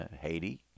Haiti